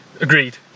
agreed